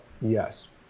yes